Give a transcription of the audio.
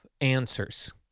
answers